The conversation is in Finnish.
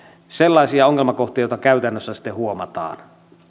sellaisia ongelmakohtia joita käytännössä sitten huomataan